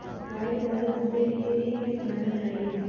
गाय को ज्यादा दूध देने के लिए क्या खिलाना चाहिए?